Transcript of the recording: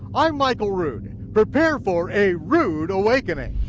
i'm michael rood, prepare for a rood awakening.